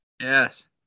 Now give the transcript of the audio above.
Yes